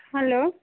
hello